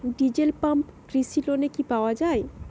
Diesel pump কৃষি লোনে কি পাওয়া য়ায়?